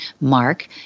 Mark